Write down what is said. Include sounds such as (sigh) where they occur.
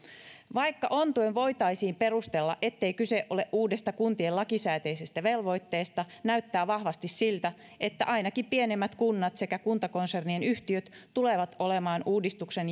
vaikka ontuen voitaisiin perustella ettei kyse ole uudesta kuntien lakisääteisestä velvoitteesta näyttää vahvasti siltä että ainakin pienemmät kunnat sekä kuntakonsernien yhtiöt tulevat olemaan uudistuksen (unintelligible)